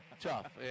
tough